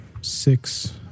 six